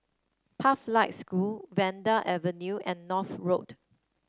School Vanda Avenue and North Road